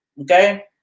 Okay